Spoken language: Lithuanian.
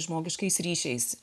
žmogiškais ryšiais